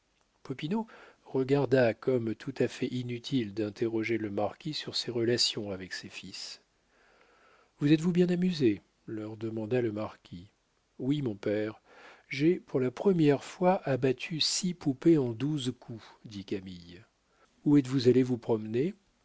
regarda comme tout à fait inutile d'interroger le marquis sur ses relations avec ses fils vous êtes-vous bien amusés leur demanda le marquis oui mon père j'ai pour la première fois abattu six poupées en douze coups dit camille où êtes-vous allés vous promener